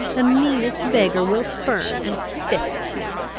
the meanest beggar will spurn and spit at you.